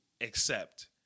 accept